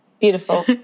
beautiful